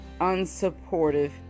unsupportive